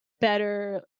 better